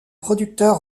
producteur